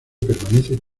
permanece